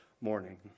morning